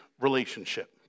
relationship